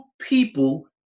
people